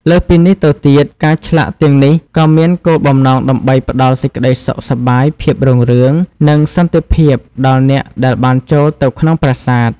លើសពីនេះទៅទៀត ការឆ្លាក់ទាំងនេះក៏មានគោលបំណងដើម្បីផ្តល់សេចក្តីសុខសប្បាយ ភាពរុងរឿង និងសន្តិភាពដល់អ្នកដែលបានចូលទៅក្នុងប្រាសាទ។